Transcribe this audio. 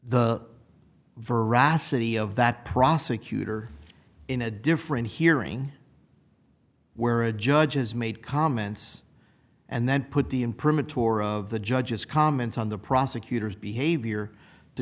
veracity of that prosecutor in a different hearing where a judge has made comments and then put the imprint tour of the judge's comments on the prosecutor's behavior to